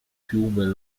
fiume